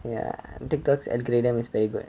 ya Tiktok's algorithm is very good